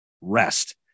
rest